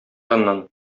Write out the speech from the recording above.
аннан